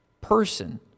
person